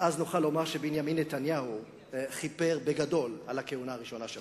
ואז נוכל לומר שבנימין נתניהו כיפר בגדול על הכהונה הראשונה שלו.